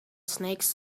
snakes